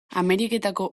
ameriketako